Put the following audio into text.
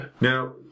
Now